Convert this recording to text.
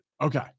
okay